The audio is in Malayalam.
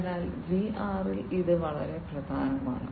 അതിനാൽ വിആറിൽ ഇതും വളരെ പ്രധാനമാണ്